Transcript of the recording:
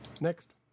Next